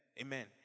Amen